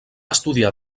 estudiar